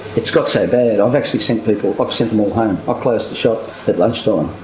it's got so bad, i've actually sent people, i've sent them all home. i've closed the shop at lunchtime,